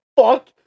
fuck